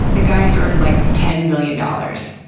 the guy has earned like ten million dollars.